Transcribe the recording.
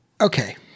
Okay